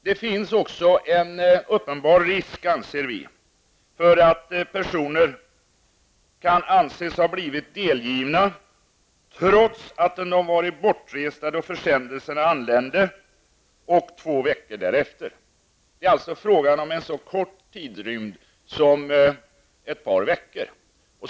Det finns också en uppenbar risk, anser vi, för att personer anses ha blivit delgivna trots att de har varit bortresta då försändelsen anlände och två veckor därefter. Det är alltså fråga om en så kort tidsrymd som ett par veckor.